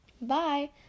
Bye